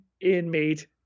inmate